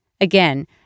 Again